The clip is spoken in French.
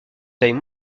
taille